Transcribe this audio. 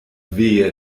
wehe